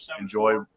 enjoy